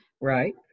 right